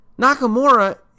Nakamura